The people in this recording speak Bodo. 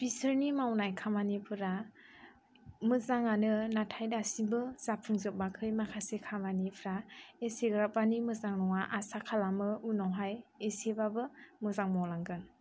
बिसोरनि मावनाय खामानिफोरा मोजाङानो नाथाय दासिमबो जाफुं जोबाखै माखासे खामानिफ्रा एसेग्राबमानि मोजां नङा आसा खालामो उनावहाय एसेबाबो मोजां मावलांगोन